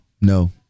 No